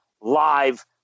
live